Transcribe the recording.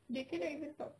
they cannot even talk